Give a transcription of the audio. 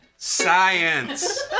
Science